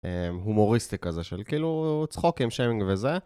הומוריסטי כזה של כאילו צחוק עם שיימינג וזה.